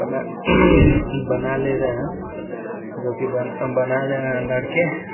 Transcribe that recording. बना बना ले रहे हैं जो कि बन बना रहे हैं लड़के